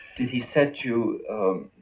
did he set you